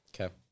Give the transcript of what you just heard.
Okay